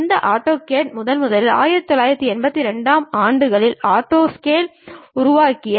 இந்த ஆட்டோகேட் முதன்முதலில் 1982 ஆம் ஆண்டிலேயே ஆட்டோடெஸ்க் உருவாக்கியது